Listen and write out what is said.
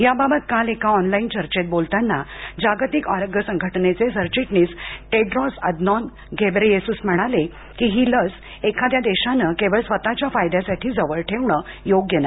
याबाबत काल एका ऑनलाईन चर्चेत बोलताना जागतिक आरोग्य संघटनेचे सरचिटणीस टेड्रॉस अदनॉन घेब्रेयेसूस म्हणाले की ही लस एखाद्या देशानं केवळ स्वतःच्या फायद्यासाठी जवळ ठेवणं योग्य नाही